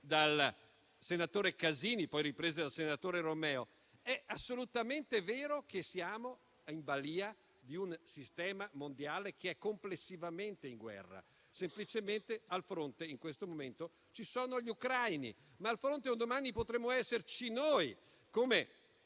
dal senatore Casini e riprese dal senatore Romeo: è assolutamente vero che siamo in balia di un sistema mondiale che è complessivamente in guerra, semplicemente al fronte in questo momento ci sono gli ucraini, ma un domani potremmo esserci noi.